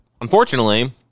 Unfortunately